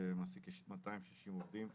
שמעסיק כ-260 עובדים,